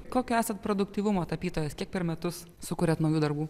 kokio esat produktyvumo tapytojas kiek per metus sukuriat naujų darbų